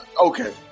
okay